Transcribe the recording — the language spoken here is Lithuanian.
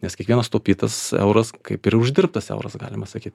nes kiekvienas sutaupytas euras kaip ir uždirbtas euras galima sakyt